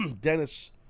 Dennis